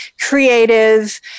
creative